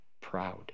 proud